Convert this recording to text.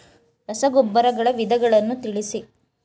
ರಸಗೊಬ್ಬರಗಳ ವಿಧಗಳನ್ನು ತಿಳಿಸಿ?